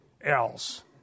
else